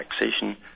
taxation